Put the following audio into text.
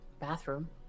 bathroom